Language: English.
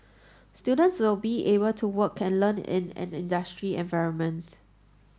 students will be able to work and learn in an industry environment